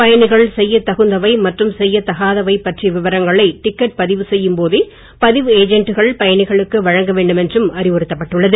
பயணிகள் செய்யத் தகுந்தவை மற்றும் செய்யத் தகாதவை பற்றிய விவரங்களை டிக்கட் பதிவு செய்யும் போதே பதிவு ஏஜென்டுகள் பயணிகளுக்கு வழங்க வேண்டும் என்றும் அறிவுறுத்தப் பட்டுள்ளது